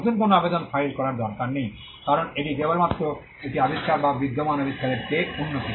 নতুন কোন আবেদন ফাইল করার দরকার নেই কারণ এটি কেবলমাত্র একটি আবিষ্কার বা বিদ্যমান আবিষ্কারের চেয়ে উন্নতি